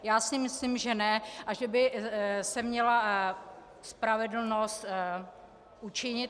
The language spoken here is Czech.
Já si myslím, že ne a že by se měla spravedlnost učinit.